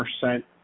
percent